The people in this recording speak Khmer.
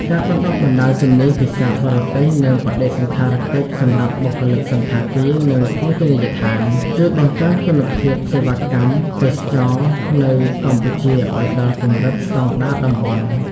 ការបណ្ដុះបណ្ដាលជំនាញភាសាបរទេស និងបដិសណ្ឋារកិច្ចសម្រាប់បុគ្គលិកសណ្ឋាគារ និងភោជនីយដ្ឋាន ជួយបង្កើនគុណភាពសេវាកម្មទេសចរណ៍នៅកម្ពុជាឱ្យដល់កម្រិតស្ដង់ដារតំបន់។